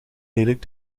lelijk